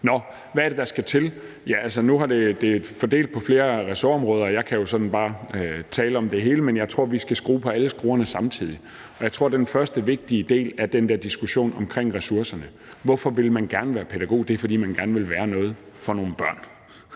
Men hvad er det, der skal til? Nu er det fordelt på flere ressortområder, og jeg kan jo sådan bare tale om det hele, men jeg tror, vi skal skrue på alle skruerne samtidig, og jeg tror, den første vigtige del er den der diskussion omkring ressourcerne. Hvorfor vil man gerne være pædagog? Det er, fordi man gerne vil være noget for nogle børn,